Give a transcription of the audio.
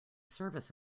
service